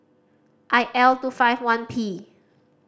I L two five one P